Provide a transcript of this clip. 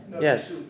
Yes